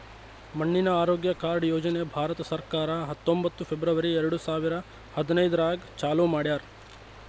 ಮಣ್ಣಿನ ಆರೋಗ್ಯ ಕಾರ್ಡ್ ಯೋಜನೆ ಭಾರತ ಸರ್ಕಾರ ಹತ್ತೊಂಬತ್ತು ಫೆಬ್ರವರಿ ಎರಡು ಸಾವಿರ ಹದಿನೈದರಾಗ್ ಚಾಲೂ ಮಾಡ್ಯಾರ್